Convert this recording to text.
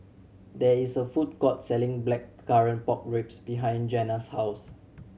there is a food court selling Blackcurrant Pork Ribs behind Jena's house